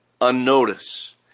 unnoticed